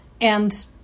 And-